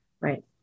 right